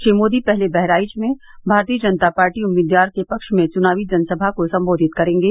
श्री मोदी पहले बहराइच में भारतीय जनता पार्टी उम्मीदवार के पक्ष में चुनावी जनसभा को सम्बोधित करेंगे